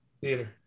Theater